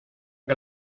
que